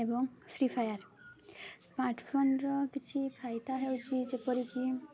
ଏବଂ Free Fire ସ୍ମାର୍ଟଫୋନର କିଛି ଫାଇଦା ହେଉଛି ଯେପରିକି